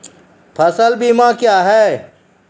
फसल बीमा क्या हैं?